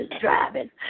driving